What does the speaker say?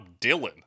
Dylan